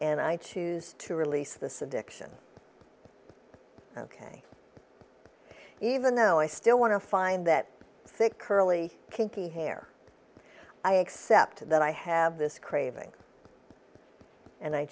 and i choose to release this addiction ok even though i still want to find that thick curly kinky hair i accept that i have this craving and i